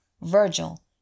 Virgil